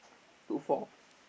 two four